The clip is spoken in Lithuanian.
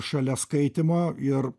šalia skaitymo ir